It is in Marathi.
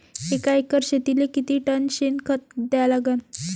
एका एकर शेतीले किती टन शेन खत द्या लागन?